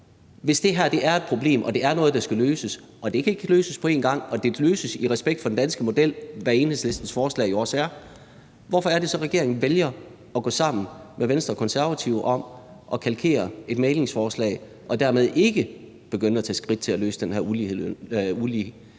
Hvis det her er et problem og det er noget, der skal løses, og det kan ikke løses på en gang, og det kan løses i respekt for den danske model, hvad Enhedslistens forslag jo også gør, hvorfor vælger regeringen så at gå sammen med Venstre og Konservative om at kalkere et mæglingsforslag og dermed ikke begynde at tage skridt til at løse den her uligelønsproblematik?